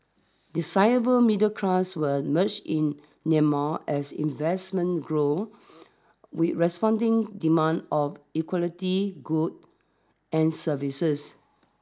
a cyber middle class will emerge in Myanmar as investments grow with corresponding demand of equality good and services